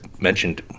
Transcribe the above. mentioned